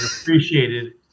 appreciated